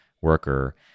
worker